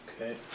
Okay